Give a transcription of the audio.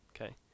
okay